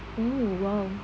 don't know !wow!